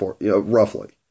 roughly